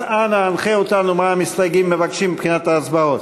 אז אנא הנחה אותנו מה המסתייגים מבקשים מבחינת ההצבעות.